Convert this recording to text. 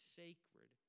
sacred